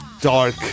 dark